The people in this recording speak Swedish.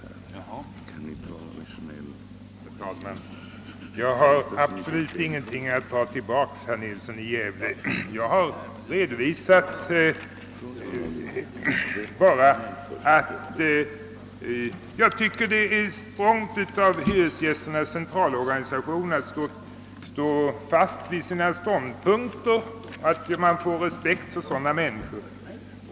Herr talman! Jag har absolut ingenting att ta tillbaka, herr Nilsson i Gävle. Jag har bara redovisat min uppfattning att det är strongt av Hyresgästernas centralorganisation att stå fast vid sina ståndpunkter. Man får respekt för sådana människor.